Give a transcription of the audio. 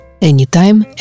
Anytime